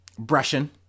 brushing